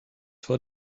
for